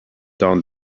down